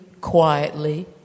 quietly